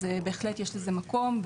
אז בהחלט יש לזה מקום,